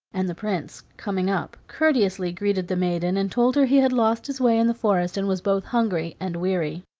and the prince, coming up, courteously greeted the maiden, and told her he had lost his way in the forest and was both hungry and weary.